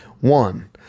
One